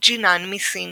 ג'ינאן מסין